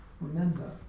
Remember